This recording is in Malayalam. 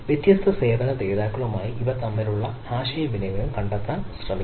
വ്യത്യസ്ത സേവന ദാതാക്കളുമായി ഇവ തമ്മിലുള്ള ആശയവിനിമയം കണ്ടെത്താൻ നമ്മൾ ശ്രമിക്കുന്നു